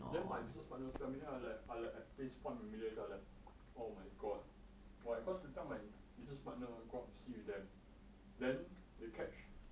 then my business partners tell me then I like eh this part familiar sia oh my god why because that time my business partner go out to sea with them then they catch